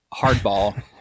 hardball